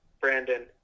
Brandon